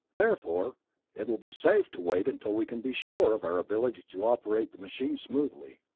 therefore it will be safe to wait until we can be sure of our ability to operate the machine smoothly.